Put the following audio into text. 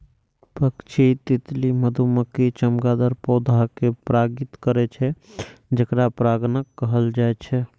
पक्षी, तितली, मधुमाछी, चमगादड़ पौधा कें परागित करै छै, जेकरा परागणक कहल जाइ छै